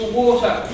water